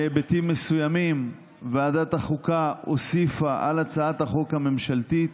בהיבטים מסוימים ועדת החוקה הוסיפה על הצעת החוק הממשלתית,